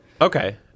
Okay